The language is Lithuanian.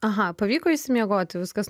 aha pavyko išsimiegoti viskas